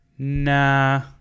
Nah